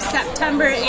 September